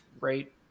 right